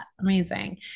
Amazing